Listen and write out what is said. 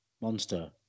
Monster